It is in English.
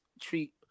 treat